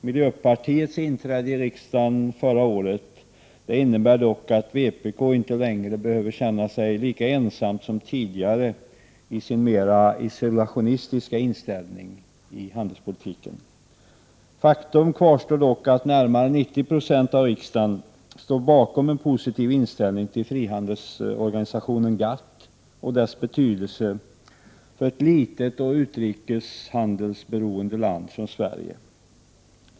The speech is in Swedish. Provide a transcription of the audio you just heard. Miljöpartiets inträde i riksdagen förra året innebär dock att vpk inte längre behöver känna sig lika ensamt som tidigare i sin mer isolationistiska inställning när det gäller handelspolitiken. Faktum kvarstår dock att närmare 90 90 av riksdagsledamöterna står bakom en positiv inställning till frihandelsorganisationen GATT med dess betydelse för ett litet och utrikeshandelsberoende land som Sverige.